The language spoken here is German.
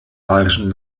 bayerischen